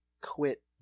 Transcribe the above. quit